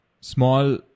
small